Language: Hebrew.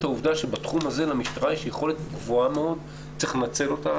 העובדה שבתחום הזה למשטרה יש יכולת גבוהה מאוד וצריך לנצל אותה.